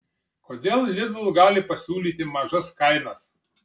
kodėl lidl gali pasiūlyti mažas kainas